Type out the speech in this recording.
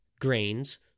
grains